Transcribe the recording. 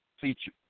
feature